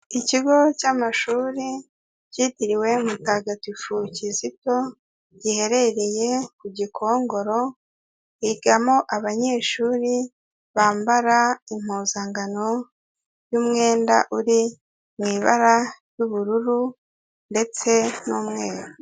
Ikigo cy'amashuri kitiriwe Mutagatifu Kizito giherereye ku Gikongoro, higamo abanyeshuri bambara impuzankano y'umwenda uri mu ibara ry'ubururu ndetse n'umweru.